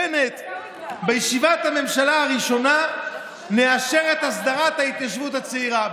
בנט בישיבת הממשלה הראשונה מאשר את הסדרת ההתיישבות הצעירה.